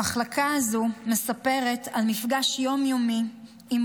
המחלקה הזו מספרת על מפגש יום-יומי עם